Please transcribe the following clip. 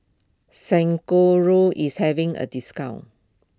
is having a discount